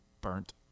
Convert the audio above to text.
burnt